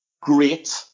great